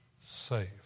saved